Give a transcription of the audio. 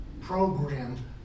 program